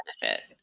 benefit